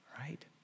right